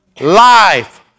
life